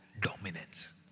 dominance